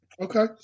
Okay